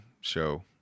show